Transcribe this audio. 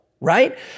right